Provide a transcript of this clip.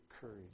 courage